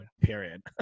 period